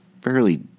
fairly